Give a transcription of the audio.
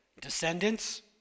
descendants